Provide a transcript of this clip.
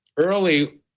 Early